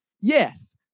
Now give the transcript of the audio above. Yes